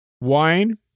wine